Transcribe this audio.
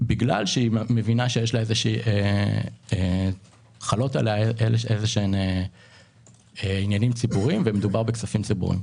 בגלל שהיא מבינה שחלים עליה עניינים ציבוריים ומדובר בכספים ציבוריים.